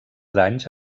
danys